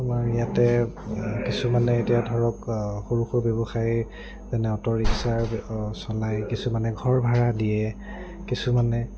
আমাৰ ইয়াতে কিছুমানে এতিয়া ধৰক সৰু সৰু ব্যৱসায়ী যেনে অ'ট ৰিক্সা চলাই কিছুমানে ঘৰ ভাড়া দিয়ে কিছুমানে